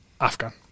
Afghan